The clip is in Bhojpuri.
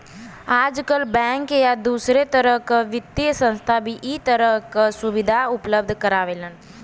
आजकल बैंक या दूसरे तरह क वित्तीय संस्थान भी इ तरह क सुविधा उपलब्ध करावेलन